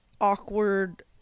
awkward